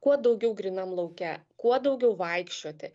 kuo daugiau grynam lauke kuo daugiau vaikščioti